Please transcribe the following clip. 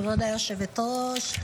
כבוד היושב-ראש,